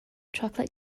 chocolate